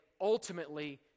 ultimately